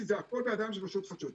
כי הכול בידיים של רשות החדשנות.